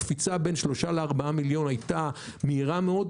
הקפיצה בין שלושה לארבעה מיליון הייתה מהירה מאוד,